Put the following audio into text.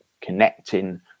connecting